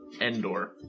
Endor